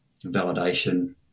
validation